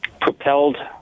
propelled